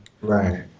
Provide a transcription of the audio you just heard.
Right